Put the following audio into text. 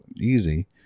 easy